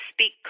speak